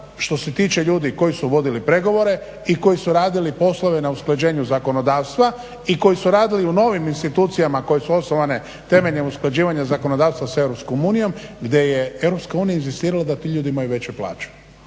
što se tiče ljudi koji su vodili pregovore i koji su radili poslove na usklađenju zakonodavstva i koji su radili u novim institucijama koje su osnovane temeljem usklađivanja zakonodavstva s Europskom unijom gdje je Europska unija inzistirala da ti ljudi imaju veće plaće.